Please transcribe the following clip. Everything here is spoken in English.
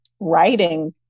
writing